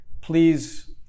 please